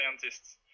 scientists